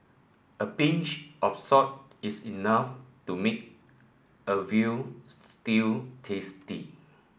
a pinch of salt is enough to make a veal stew tasty